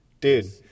dude